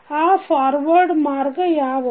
ಆ ಫಾರ್ವರ್ಡ್ ಮಾರ್ಗ ಯಾವವು